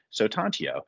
sotantio